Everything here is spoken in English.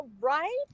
Right